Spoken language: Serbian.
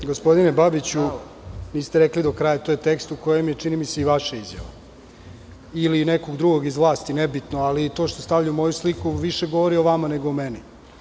Da, gospodine Babiću, niste rekli do kraja, to je tekst u kojem je, čini mi se, i vaša izjava ili nekog drugog iz vlasti, ali to što stavljaju moju sliku više govori o vama nego o meni.